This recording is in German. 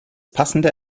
passende